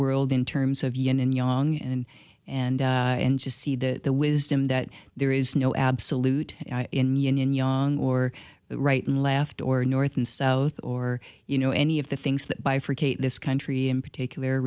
world in terms of yin and yang and and and just see the wisdom that there is no absolute in union young or right and left or north and south or you know any of the things that bifurcate this country in particular